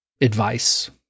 advice